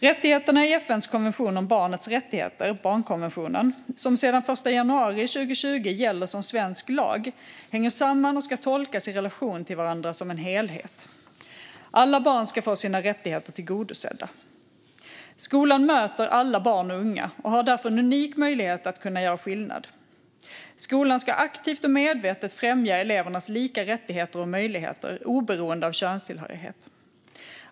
Rättigheterna i FN:s konvention om barnets rättigheter, barnkonventionen, som sedan den 1 januari 2020 gäller som svensk lag hänger samman och ska tolkas i relation till varandra som en helhet. Alla barn ska få sina rättigheter tillgodosedda. Skolan möter alla barn och unga och har därför en unik möjlighet att göra skillnad. Skolan ska aktivt och medvetet främja elevernas lika rättigheter och möjligheter, oberoende av könstillhörighet.